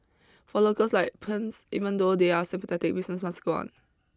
for locals like Puns even though they're sympathetic business must go on